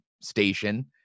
station